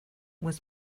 was